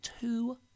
Two